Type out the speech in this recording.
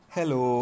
Hello